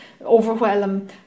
overwhelm